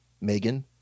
Megan